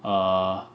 uh